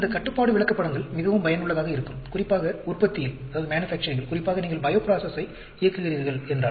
இந்த கட்டுப்பாடு விளக்கப்படங்கள் மிகவும் பயனுள்ளதாக இருக்கும் குறிப்பாக உற்பத்தியில் குறிப்பாக நீங்கள் பையோப்ராசஸை இயக்குகிறீர்கள் என்றால்